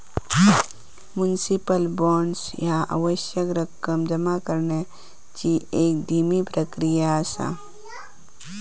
municipal bonds ह्या आवश्यक रक्कम जमा करण्याची एक धीमी प्रक्रिया असा